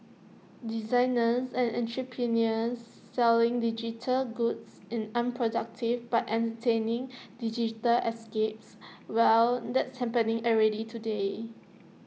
designers and entrepreneurs selling digital goods in unproductive but entertaining digital escapes well that's happening already today